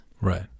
Right